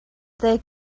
they